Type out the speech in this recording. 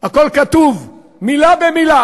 הכול כתוב, מילה במילה.